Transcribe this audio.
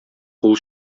кул